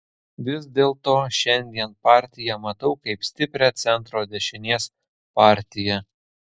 vis dėlto šiandien partiją matau kaip stiprią centro dešinės partiją